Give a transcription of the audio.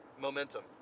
Momentum